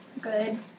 Good